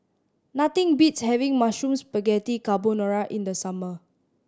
nothing beats having Mushroom Spaghetti Carbonara in the summer